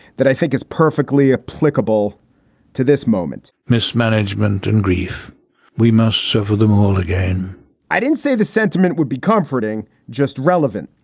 that i think is perfectly applicable to this moment, mismanagement and grief we must shovel them whole again i didn't say the sentiment would be comforting. just relevant,